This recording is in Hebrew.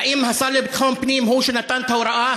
האם השר לביטחון פנים הוא שנתן את ההוראה?